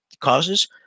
causes